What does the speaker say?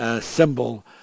symbol